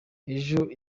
ejo